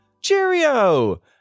cheerio